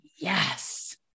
yes